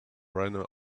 ran